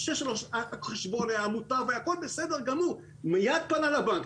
מיד פנה לבנק,